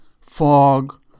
fog